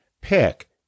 pick